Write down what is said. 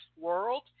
world